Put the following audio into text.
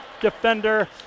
defender